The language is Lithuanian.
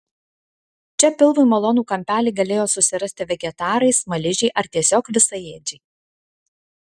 čia pilvui malonų kampelį galėjo susirasti vegetarai smaližiai ar tiesiog visaėdžiai